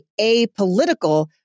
apolitical